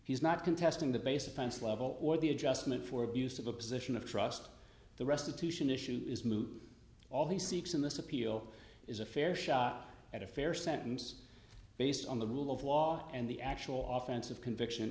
he's not contesting the base offense level or the adjustment for abuse of a position of trust the restitution issue is moot all the seeks in this appeal is a fair shot at a fair sentence based on the rule of law and the actual off ends of conviction